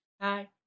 Hi